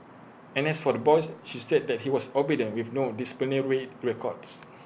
and as for the boys she said that he was obedient with no disciplinary records